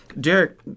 Derek